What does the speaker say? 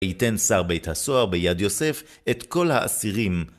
היתן שר בית הסוהר ביד יוסף את כל האסירים.